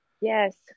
Yes